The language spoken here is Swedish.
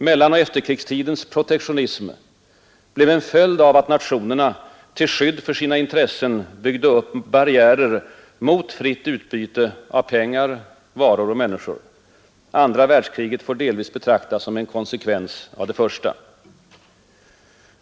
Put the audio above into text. Mellanoch efterkrigstidens protektionism blev en följd av att nationerna till skydd för sina intressen byggde upp barriärer mot fritt utbyte av pengar, varor och människor. Andra världskriget får delvis betraktas som en konsekvens av det första.